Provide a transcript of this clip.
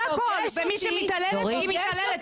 מי שמתעללת היא מתעללת.